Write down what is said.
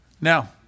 Now